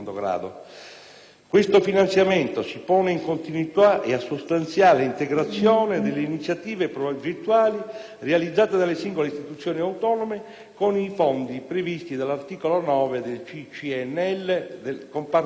Questo finanziamento si pone in continuità e a sostanziale integrazione delle iniziative progettuali realizzate dalle singole istituzioni autonome con i fondi previsti all'articolo 9 del contratto